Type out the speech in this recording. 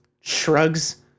shrugs